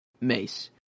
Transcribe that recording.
Mace